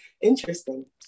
interesting